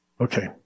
Okay